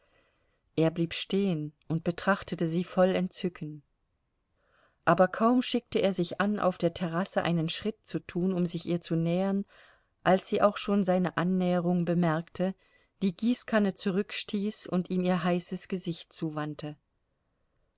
er blieb stehen und betrachtete sie voll entzücken aber kaum schickte er sich an auf der terrasse einen schritt zu tun um sich ihr zu nähern als sie auch schon seine annäherung bemerkte die gießkanne zurückstieß und ihm ihr heißes gesicht zuwandte